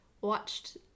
watched